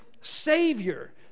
Savior